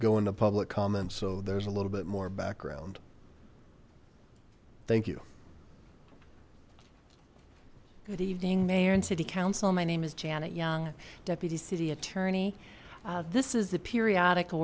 go into public comments so there's a little bit more background thank you good evening mayor and city council my name is janet young deputy city attorney this is the periodical